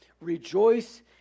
Rejoice